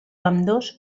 ambdós